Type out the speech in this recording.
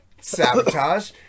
Sabotage